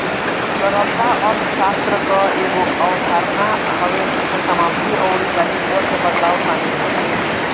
तरलता अर्थशास्त्र कअ एगो अवधारणा हवे जेसे समाप्ति अउरी दायित्व के बदलाव शामिल होला